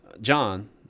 John